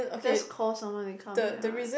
just call someone to come here right